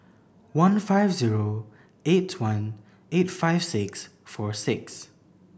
one five zero eight one eight five six four six